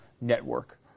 network